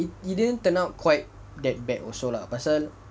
it didn't turn out quite that bad also pasal